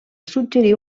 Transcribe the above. suggerir